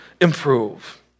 improve